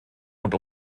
und